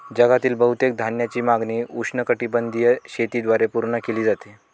जगातील बहुतेक धान्याची मागणी उष्णकटिबंधीय शेतीद्वारे पूर्ण केली जाते